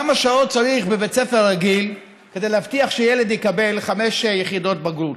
כמה שעות צריך בבית ספר רגיל כדי להבטיח שילד יקבל חמש יחידות בגרות,